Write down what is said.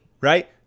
right